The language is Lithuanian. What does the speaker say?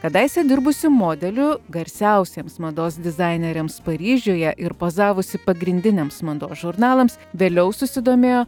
kadaise dirbusi modeliu garsiausiems mados dizaineriams paryžiuje ir pozavusi pagrindiniams mados žurnalams vėliau susidomėjo